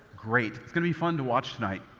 great. it's going to be fun to watch tonight.